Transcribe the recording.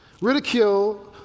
Ridicule